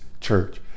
church